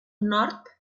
nord